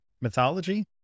mythology